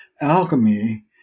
Alchemy